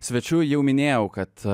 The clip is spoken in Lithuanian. svečiu jau minėjau kad